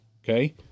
okay